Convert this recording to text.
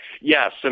Yes